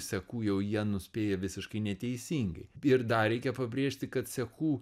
sekų jau jie nuspėja visiškai neteisingai ir dar reikia pabrėžti kad sekų